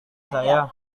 saya